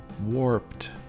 warped